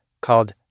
called